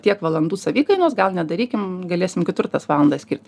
tiek valandų savikainos gal nedarykim galėsim kitur tas valandas skirt